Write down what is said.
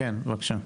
כן, כן, בבקשה.